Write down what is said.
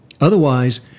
Otherwise